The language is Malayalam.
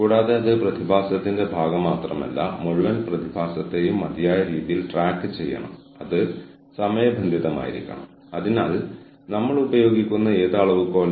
കൂടാതെ സ്ട്രാറ്റജിക് എച്ച്ആർഎമ്മിന്റെ മൾട്ടി ലെവൽ മാതൃകയെ കുറിച്ചുള്ള പ്രഭാഷണത്തിൽ നമ്മൾ ചർച്ച ചെയ്ത കാര്യത്തിലേക്ക് ഞാൻ മടങ്ങിപ്പോകും